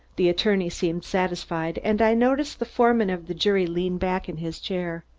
the attorney seemed satisfied and i noticed the foreman of the jury lean back in his chair.